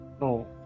no